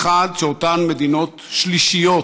האחד, שאותן מדינות שלישיות